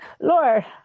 Lord